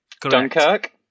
Dunkirk